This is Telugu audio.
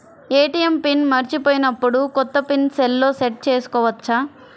ఏ.టీ.ఎం పిన్ మరచిపోయినప్పుడు, కొత్త పిన్ సెల్లో సెట్ చేసుకోవచ్చా?